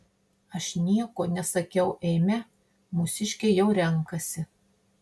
aš nieko nesakiau eime mūsiškiai jau renkasi